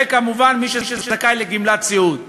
וכמובן מי שזכאי לגמלת סיעוד.